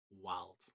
Wild